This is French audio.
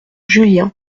julien